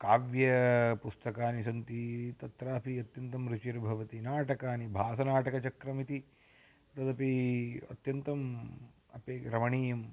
काव्यापुस्तकानि सन्ति तत्रापि अत्यन्तं रुचिर्भवति नाटकानि भासनाटकचक्रमिति तदपि अत्यन्तम् अपि रमणीयम्